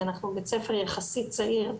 כי אנחנו ביעת ספר יחסית צעיר.